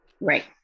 right